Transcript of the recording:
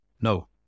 no